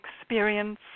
experience